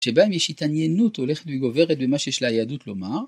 שבהם יש התעניינות הולכת וגוברת במה שיש ליהדות לומר.